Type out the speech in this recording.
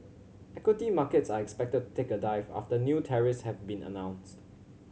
equity markets are expected take a dive after new tariffs have been announced